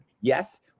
Yes